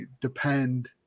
depend